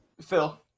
Phil